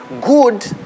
Good